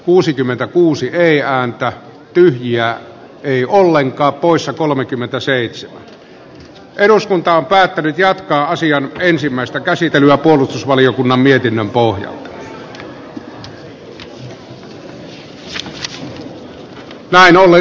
kuusikymmentäkuusi äänestää jaa jos ei voittaa on päättänyt jatkaa asian ensimmäistä käsittelyä puolustusvaliokunnan markus mustajärven ehdotus hyväksytty